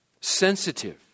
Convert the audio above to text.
sensitive